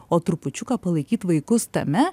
o trupučiuką palaikyt vaikus tame